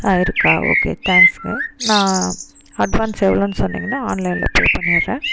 இருக்கா ஓகே தேங்க்ஸ்ங்க நான் அட்வான்ஸ் எவ்வளோனு சொன்னிங்கன்னா ஆன்லைனில் பே பண்ணிடுறேன்